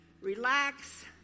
Relax